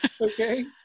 okay